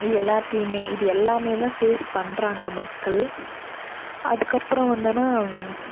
இது எல்லாத்தையுமே இது எல்லாம் தான் ஃபேஸ் பண்ணுறாங்க மக்கள் அதுக்கப்புறம் வந்தோனா